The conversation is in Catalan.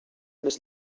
més